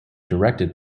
directed